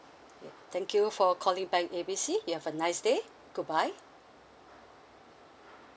thank you for calling bank A B C you have a nice day goodbye